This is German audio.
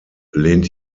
lehnt